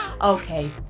Okay